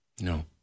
No